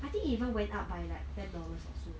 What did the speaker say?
I think even went up by like ten dollars or so